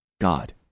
God